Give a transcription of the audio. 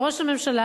ראש הממשלה,